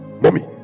Mommy